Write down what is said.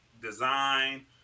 design